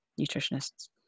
nutritionists